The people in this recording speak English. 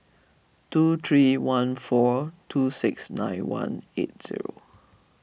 two three one four two six nine one eight zero